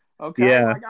Okay